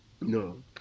No